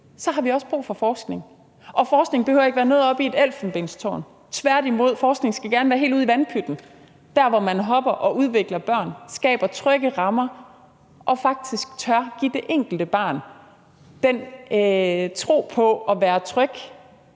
så har vi også brug for forskning. Og forskning behøver ikke at være noget oppe i et elfenbenstårn; tværtimod skal forskningen gerne være helt ude i vandpytten – der, hvor man hopper og udvikler børn, skaber trygge rammer og faktisk tør give det enkelte barn den tro på at være tryg